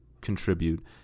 contribute